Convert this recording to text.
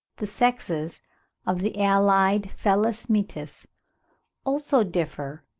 the sexes of the allied felis mitis also differ,